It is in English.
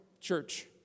Church